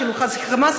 חמאס,